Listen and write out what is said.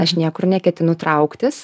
aš niekur neketinu trauktis